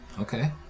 Okay